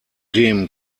dem